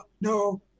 No